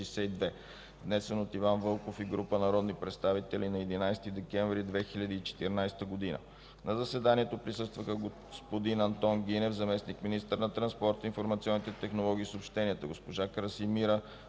внесен от Иван Вълков и група народни представители на 11 декември 2014 г. На заседанието присъстваха: господин Антон Гинев – заместник-министър на транспорта, информационните технологии и съобщенията, госпожа Красимира